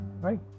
right